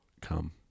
come